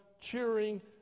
cheering